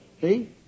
See